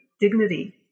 dignity